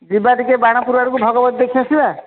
ଯିବା ଟିକେ ବାଣପୁର ଆଡ଼କୁ ଭଗବତୀ ଦେଖି ଆସିବା